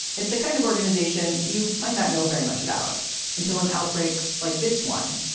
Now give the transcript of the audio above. it's the kind of organization you might not know very much about until an outbreak like this one,